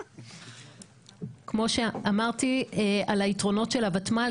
כמו שאמרתי על היתרונות של הוותמ"ל,